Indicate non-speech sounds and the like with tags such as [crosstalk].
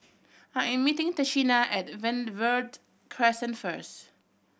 I am meeting Tashina at [unintelligible] Verde Crescent first